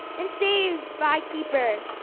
and saved by keeper.